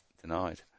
Denied